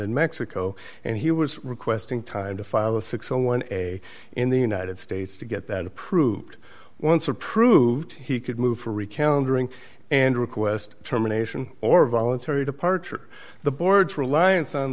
in mexico and he was requesting time to file a six a one a in the united states to get that approved once approved he could move for a recount during and request terminations or voluntary departure the board's reliance on